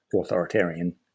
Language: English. authoritarian